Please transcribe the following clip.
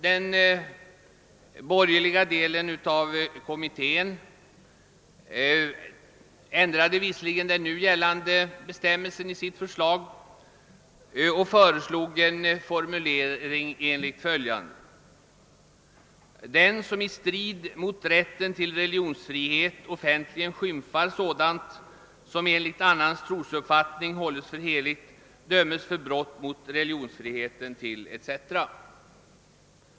De borgerliga ledamöterna av kommittén ville ändra den nu gällande bestämmelsen och föreslog en formulering enligt följande: »Den som i strid mot rätten till religionsfrihet offentligen skymfar sådant som enligt annans trosuppfattning hålles heligt dömes för brott mot religionsfriheten till ———».